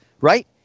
right